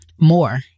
more